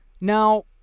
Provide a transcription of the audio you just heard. Now